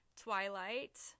Twilight